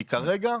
כי כרגע,